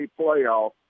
playoff